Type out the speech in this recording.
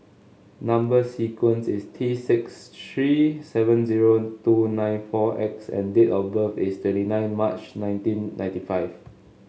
number sequence is T six three seven zero two nine four X and date of birth is twenty nine March nineteen ninety five